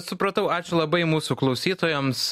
supratau ačiū labai mūsų klausytojams